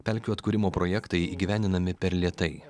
pelkių atkūrimo projektai įgyvendinami per lėtai